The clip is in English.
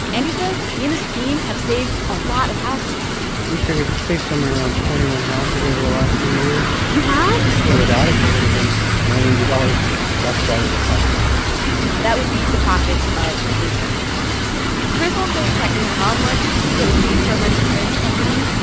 and he says, he and his team have saved a lot of houses we figured we've saved somewhere around twenty one houses over the last few years you have? yeah. without it, there would have been millions of dollars less out of their pockets, so that would be the pockets of the insurance companies chris won't say exactly how much he gets paid from an insurance company,